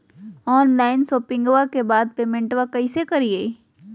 Online शोपिंग्बा के बाद पेमेंटबा कैसे करीय?